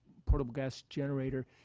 portable gas generator,